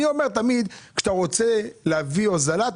אני אומר תמיד שכשאתה רוצה להביא הוזלה,